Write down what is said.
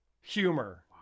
humor